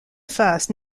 face